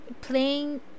playing